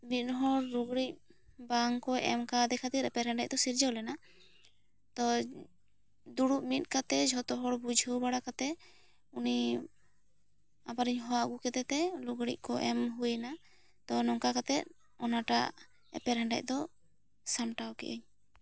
ᱢᱤᱫ ᱦᱚᱲ ᱞᱩᱜᱽᱲᱤ ᱵᱟᱝ ᱠᱚ ᱢᱮ ᱠᱟᱣᱫᱮ ᱠᱷᱟᱹᱛᱤᱨ ᱛᱮ ᱮᱯᱮᱨᱦᱮᱸᱰᱮᱡ ᱥᱤᱨᱡᱟᱹᱣ ᱞᱮᱱᱟ ᱛᱚ ᱫᱩᱲᱩᱵ ᱢᱤᱫ ᱠᱟᱛᱮ ᱡᱷᱚᱛᱚ ᱦᱚᱲ ᱵᱩᱡᱷᱟᱹᱣ ᱵᱟᱲᱟ ᱠᱟᱛᱮ ᱩᱱᱤ ᱟᱯᱟᱨᱤᱧ ᱦᱚᱣᱟ ᱟᱹᱜᱩ ᱠᱮᱫᱮ ᱛᱮ ᱞᱩᱜᱽᱲᱤ ᱠᱚ ᱮᱢ ᱦᱩᱭᱮᱱᱟ ᱛᱚ ᱱᱚᱝᱠᱟ ᱠᱟᱛᱮ ᱚᱱᱟᱴᱟᱜ ᱮᱯᱮᱨᱦᱮᱸᱰᱮᱡ ᱫᱚ ᱥᱟᱢᱴᱟᱣ ᱠᱮᱫᱟᱹᱧ